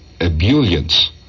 ebullience